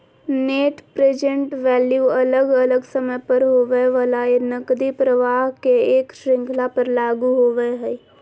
net present value अलग अलग समय पर होवय वला नकदी प्रवाह के एक श्रृंखला पर लागू होवय हई